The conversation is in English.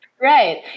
right